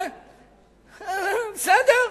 בסדר.